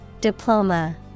Diploma